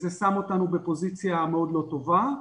זה שם אותנו בפוזיציה מאוד לא טובה.